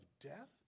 death